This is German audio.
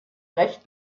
recht